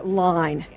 line